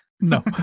No